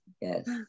yes